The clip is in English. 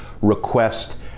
request